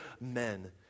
men